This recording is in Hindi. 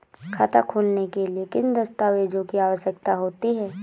खाता खोलने के लिए किन दस्तावेजों की आवश्यकता होती है?